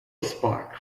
spark